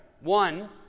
One